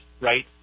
right